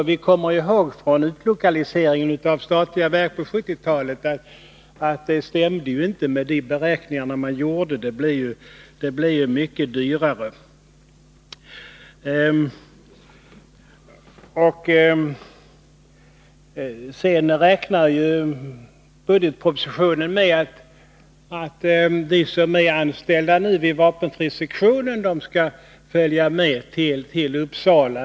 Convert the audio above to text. Och vi kommer ihåg från utlokaliseringen av statliga verk på 1970-talet att de beräkningar som gjordes inte stämde — det blev mycket dyrare. Sedan räknar man i budgetpropositionen med att de som är anställda nu vid vapenfrisektionen skall följa med till Uppsala.